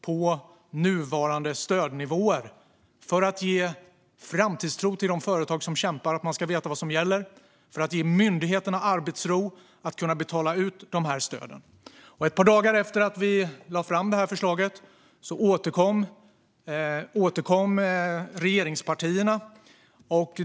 På så vis kan vi ge framtidstro till de företag som kämpar, så att de vet vad som gäller. Vi ger myndigheterna arbetsro så att de kan betala ut stöden. Ett par dagar efter att vi lade fram förslaget återkom regeringspartierna.